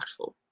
impactful